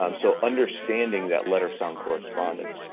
um so understanding that letter-sound correspondence.